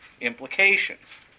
implications